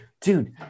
Dude